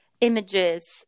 images